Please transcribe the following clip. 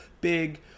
big